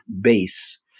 base